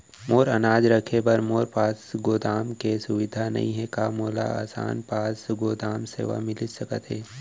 मोर अनाज रखे बर मोर पास गोदाम के सुविधा नई हे का मोला आसान पास गोदाम सेवा मिलिस सकथे?